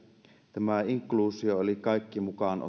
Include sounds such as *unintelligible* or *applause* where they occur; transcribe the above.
tämä ajatus inkluusiosta eli kaikki mukaan *unintelligible*